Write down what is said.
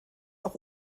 auch